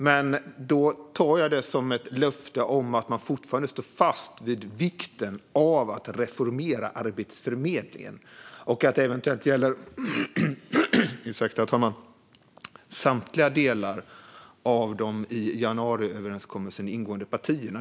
Men jag tar det som ett löfte om att man fortfarande står fast vid vikten av att reformera Arbetsförmedlingen och att det eventuellt gäller samtliga delar av de i januariöverenskommelsen ingående partierna.